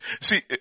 see